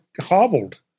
hobbled